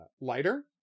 lighter